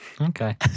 Okay